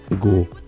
go